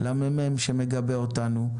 את מרכז המחקר והמידע שמגבה אותנו.